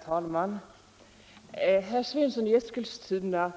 Herr talman! Herr Svensson i Eskilstuna